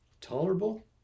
tolerable